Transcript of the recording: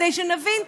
כדי שנבין,